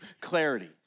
clarity